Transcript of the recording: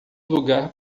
lugar